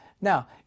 now